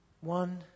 One